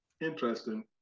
interesting